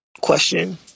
question